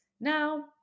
Now